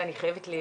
אנחנו התייחסנו,